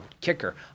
kicker